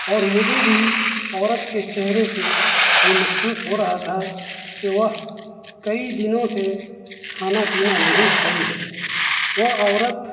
اور مجھے بھی عورت کے چہرے سے یہ محسوس ہو رہا تھا کہ وہ کئی دنوں سے کھانا پینا نہیں کھائی ہے وہ عورت